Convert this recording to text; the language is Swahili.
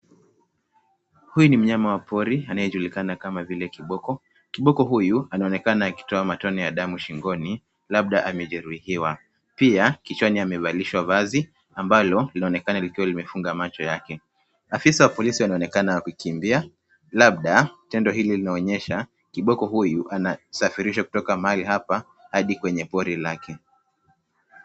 Huyu ni mnyama wa pori ,anayejulikana kama vile kiboko. Kiboko huyu ,anaonekana akitoa matone ya damu shingoni, labda amejeruhiwa. Pia, kichwani amevalishwa vazi, ambalo linaonekana likiwa limefunga macho yake. Afisa wa polisi anaonekana akikimbia, labda, tendo hili linaonyesha kiboko huyu anasafirisha kutoka mahali hapa hadi kwenye pori lake.